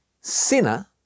sinner